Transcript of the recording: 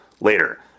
later